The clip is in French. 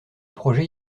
projet